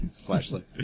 Flashlight